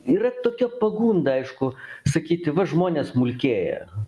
yra tokia pagunda aišku sakyti va žmonės smulkėja